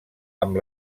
amb